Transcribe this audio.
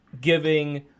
giving